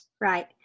Right